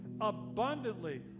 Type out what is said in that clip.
abundantly